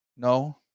No